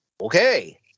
okay